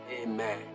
Amen